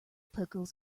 pickles